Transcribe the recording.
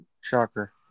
Shocker